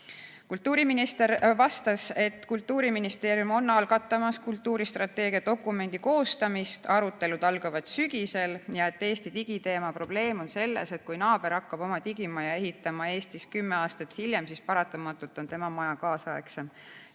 Kultuuriminister vastas, et Kultuuriministeerium on algatamas kultuuristrateegia dokumendi koostamist, arutelud algavad sügisel, ja lisas, et Eesti digiteema probleem on selles: kui naaber hakkab oma digimaja ehitama kümme aastat hiljem, siis paratamatult on tema maja ajakohasem